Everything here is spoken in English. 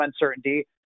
uncertainty